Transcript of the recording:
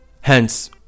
Hence